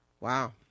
Wow